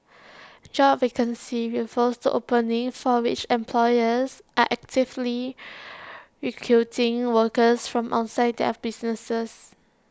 job vacancies refer to openings for which employers are actively recruiting workers from outside their businesses